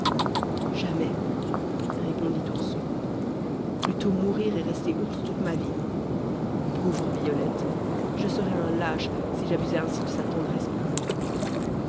jamais répondit ourson plutôt mourir et rester ours toute ma vie pauvre violette je serais un lâche si j'abusais ainsi de sa tendresse pour moi